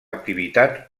activitat